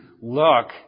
look